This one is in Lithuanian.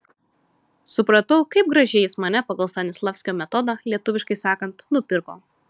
supratau kaip gražiai jis mane pagal stanislavskio metodą lietuviškai sakant nupirko